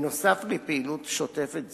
נוסף על פעילות שוטפת זו,